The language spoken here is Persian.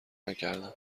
نکردم